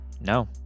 No